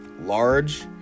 Large